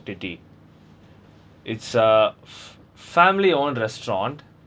titi it's a fa~ family owned restaurant